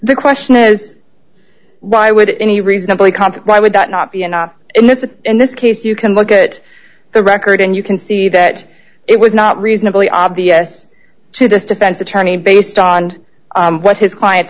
the question has why would any reasonably competent why would that not be enough in this in this case you can look at the record and you can see that it was not reasonably obvious to this defense attorney based on what his client's